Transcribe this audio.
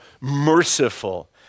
merciful